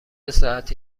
ساعتی